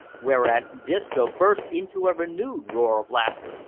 whereat disco burst into a renewed roar of laughter,